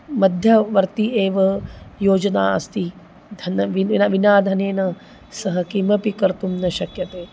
मध्यवर्ति एव योजना अस्ति धनं विना न विना धनेन सः किमपि कर्तुं न शक्यते